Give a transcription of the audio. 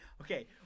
okay